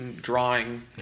drawing